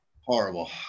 horrible